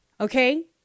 Okay